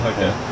Okay